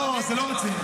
לא, זה לא רציני.